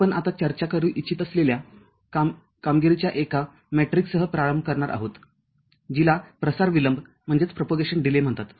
आपण आता चर्चा करू इच्छित असलेल्या कामगिरीच्या एका मेट्रिकसह प्रारंभ करणार आहोत जिला प्रसार विलंब म्हणतात